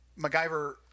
macgyver